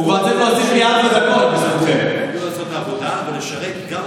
תנו לנו לעשות את העבודה ולשרת גם אתכם.